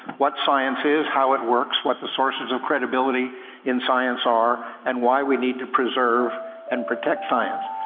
what science is, how it works, what the sources of credibility in science are, and why we need to preserve and protect science.